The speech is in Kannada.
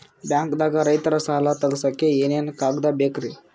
ಬ್ಯಾಂಕ್ದಾಗ ರೈತರ ಸಾಲ ತಗ್ಸಕ್ಕೆ ಏನೇನ್ ಕಾಗ್ದ ಬೇಕ್ರಿ?